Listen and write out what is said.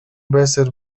байсаар